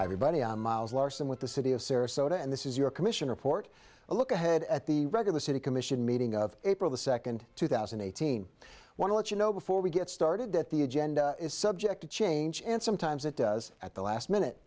everybody on miles larsen with the city of sarasota and this is your commission report a look ahead at the regular city commission meeting of april the second two thousand and eighteen want to let you know before we get started that the agenda is subject to change and sometimes it does at the last minute